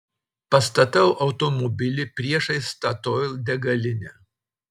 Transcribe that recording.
pastatau automobilį priešais statoil degalinę